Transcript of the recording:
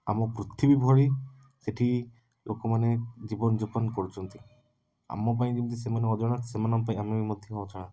ଆମ ପୃଥିବୀ ଭଳି ସେଇଠି ଲୋକମାନେ ଜୀବନଯାପନ କରୁଛନ୍ତି ଆମ ପାଇଁ ଯେମିତି ସେମାନେ ଅଜଣା ସେମାନଙ୍କ ପାଇଁ ଆମେ ମଧ୍ୟ ଅଜଣା